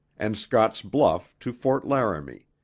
and scott's bluffs to fort laramie.